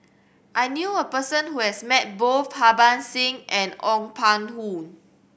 I knew a person who has met both Harbans Singh and Ong Pang Who